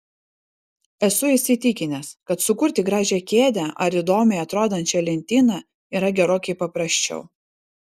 esu įsitikinęs kad sukurti gražią kėdę ar įdomiai atrodančią lentyną yra gerokai paprasčiau